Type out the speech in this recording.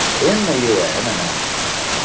in the un and elsewhere,